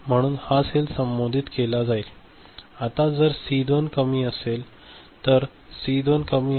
आता जर सी 2 कमी असेल तर सी 2 कमी आहे